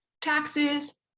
taxes